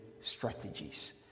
strategies